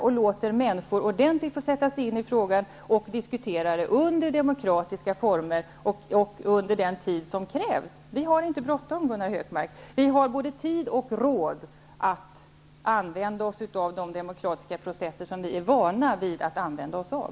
Detta för att låta människor under den tid som det krävs och genom diskussioner i demokratiska former ordentligt sätta sig in i frågan. Vi har inte bråttom, Gunnar Hökmark. Vi har både tid och råd att använda oss av de demokratiska processer som vi är vana vid att använda oss av.